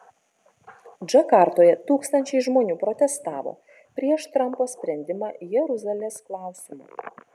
džakartoje tūkstančiai žmonių protestavo prieš trampo sprendimą jeruzalės klausimu